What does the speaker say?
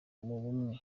bumwe